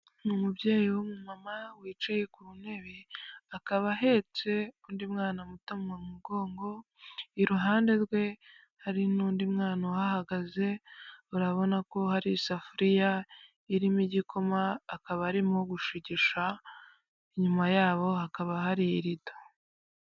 Ni umubyeyi w'umumama wicaye ku ntebe akaba ahetse undi mwana muto mu mugongo iruhande rwe hari n'undi mwana uhagaze urabona ko hari isafuriya irimo igikoma akaba arimo gushugisha inyuma yabo hakaba hari irido.